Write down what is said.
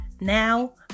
now